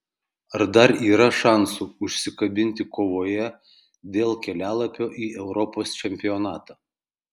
ar dar yra šansų užsikabinti kovoje dėl kelialapio į europos čempionatą